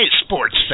sports